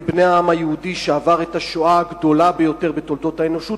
כבני העם היהודי שעבר את השואה הגדולה ביותר בתולדות האנושות,